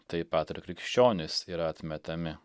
tai pat ir krikščionys yra atmetami